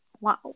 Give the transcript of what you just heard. wow